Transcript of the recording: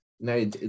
No